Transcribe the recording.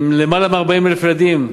למעלה מ-40,000 ילדים,